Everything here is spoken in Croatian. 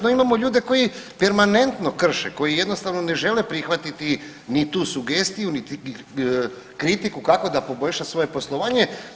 No imaju ljudi koji permanentno krše, koji jednostavno ne žele prihvatiti ni tu sugestiju, niti kritiku kako da poboljša svoje poslovanje.